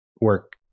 work